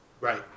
Right